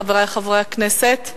חברי חברי הכנסת: